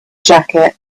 jacket